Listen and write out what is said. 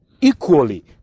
equally